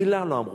מלה לא אמרו.